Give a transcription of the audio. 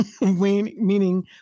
Meaning